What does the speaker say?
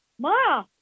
Ma